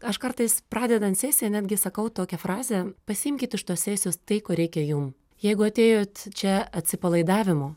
aš kartais pradedant sesiją netgi sakau tokią frazę pasiimkit iš tos sesijos tai ko reikia jum jeigu atėjot čia atsipalaidavimo